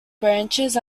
branches